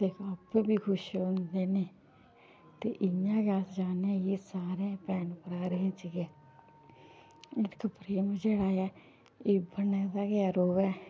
ते आपूं बी खुशी होंदे न ते इ'यां गै अस चाहन्ने कि सारें भैन भ्राऽ च गै हिरख प्रेम जेह्ड़ा ऐ एह् बने दा गै रौऐ